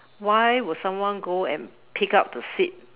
why would someone go and pick up the seed